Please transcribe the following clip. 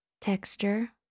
Texture